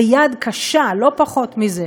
ביד קשה, לא פחות מזה,